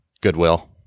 Goodwill